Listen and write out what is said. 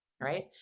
right